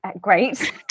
great